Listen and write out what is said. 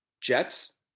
Jets